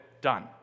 done